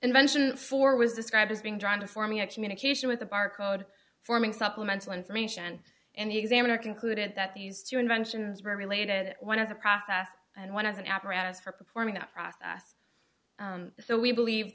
invention for was described as being drawn to forming a communication with the barcode forming supplemental information in the examiner concluded that these two inventions were related one of the process and one as an apparatus for performing that process so we believe